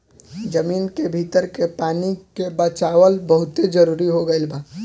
जमीन के भीतर के पानी के बचावल बहुते जरुरी हो गईल बा